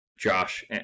Josh